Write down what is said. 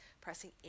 pressing